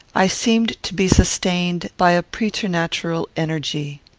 i seemed to be sustained by a preternatural energy.